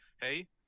Hey